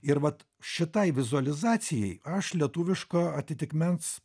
ir vat šitai vizualizacijai aš lietuviško atitikmens